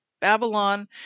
Babylon